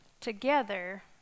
together